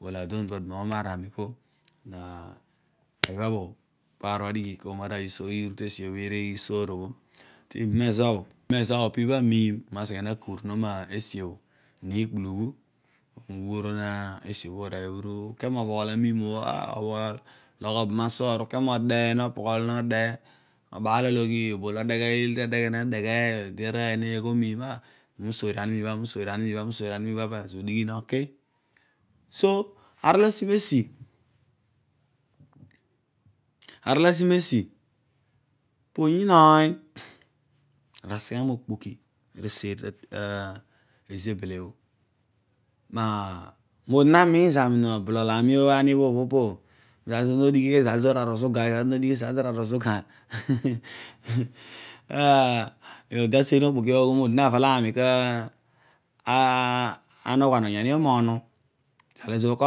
Ughol adon paduma umar zami bho, ibha bho pear obho adighi ko omarooy isoori tesuo bho tebum ezo bho pibha amiim ami na seghe nokurunem esi bho nikpulughu, ughuron esi bho arooy iki moghoghol, ulogh obam asoor uke mode nopoghol node nobaalologhi obo lo nedeghe, nedeghe ede arooy negho miim ah ami usoor ani mibha bho ami usoor aani mibhe bho pezo udigh noki, so arol asi mesi, arol asi mesi poyiin oony aru aseghe mokpoki aru aseeri tizebele bho, mode namiin zami nobubol ami ani- obhobh opo, izal ezoor nodighi kolo izal ezoor arizuga ode aseeri mokpoki bho aghol olo ami kanoghuan onyani bho munu, izal ezoor ko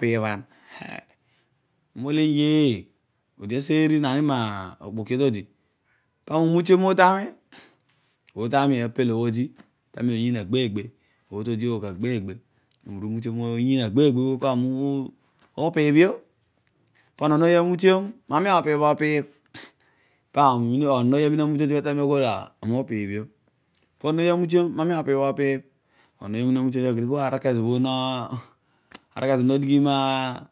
piibhan, eh, ami ughol eh yee, odo aseeri mokpoki obho todi, pami useeriani mobhami ponon ooy amutiom topadi ama agbo ami upiibh io ronon ooy amutiom mami opiibh opiibh, onon ooy amina amutiom, arol kezobho modighi ma.